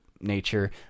nature